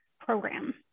program